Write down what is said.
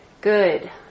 good